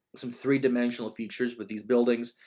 some three dimensional features with these buildings.